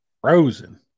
Frozen